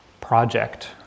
project